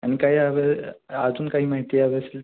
आणि काही हवे अजून काही माहिती हवी असेल